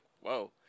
whoa